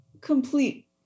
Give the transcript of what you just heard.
Complete